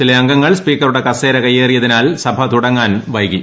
ചില അംഗങ്ങൾ സ്പീക്കറുടെ കസേര കയ്യേറിയതിനാൽ സഭ തുടങ്ങാൻ വൈകി